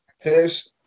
Fish